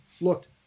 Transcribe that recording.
looked